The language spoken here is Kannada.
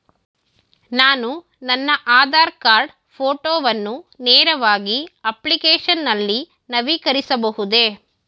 ನಾನು ನನ್ನ ಆಧಾರ್ ಕಾರ್ಡ್ ಫೋಟೋವನ್ನು ನೇರವಾಗಿ ಅಪ್ಲಿಕೇಶನ್ ನಲ್ಲಿ ನವೀಕರಿಸಬಹುದೇ?